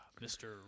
Mr